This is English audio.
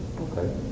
okay